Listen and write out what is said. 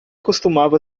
costumava